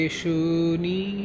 shuni